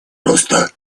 роста